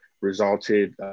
resulted